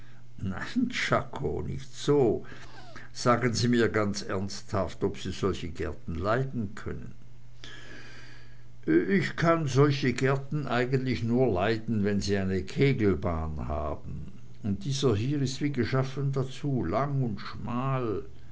czako nicht so sagen sie mir ganz ernsthaft ob sie solche gärten leiden können ich kann solche gärten eigentlich nur leiden wenn sie eine kegelbahn haben und dieser hier ist wie geschaffen dazu lang und schmal